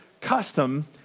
custom